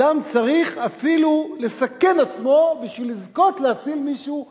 אדם צריך אפילו לסכן עצמו בשביל לזכות להציל מישהו אחר.